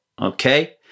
Okay